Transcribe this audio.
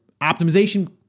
optimization